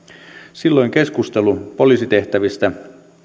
silloin keskustelu poliisitehtävistä